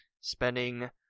spending